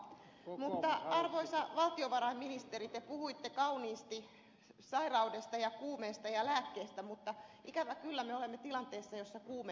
mutta arvoisa valtiovarainministeri te puhuitte kauniisti sairaudesta ja kuumeesta ja lääkkeestä mutta ikävä kyllä me olemme tilanteessa jossa kuume nousee